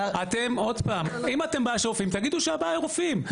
אם הבעיה היא רופאים תגידו שהבעיה היא רופאים,